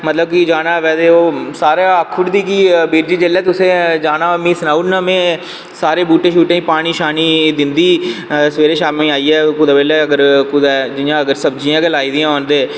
जिसलै जाना होऐ ते अक्खी ओड़दी बीरजी जिसलै तुसैं जाना होग मिगी सनाई ओड़ना में सारे बूह्टें गी पानी दिंदी सवेरे शाम्मी कुदै बेल्लै कुदै इयां कोई सब्जियां गै लाई दियां होन ते